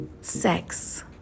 sex